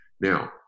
Now